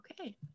Okay